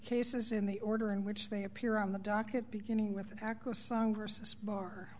cases in the order in which they appear on the docket beginning with akko song versus bar